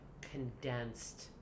condensed